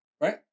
right